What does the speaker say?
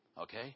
Okay